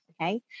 Okay